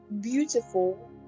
beautiful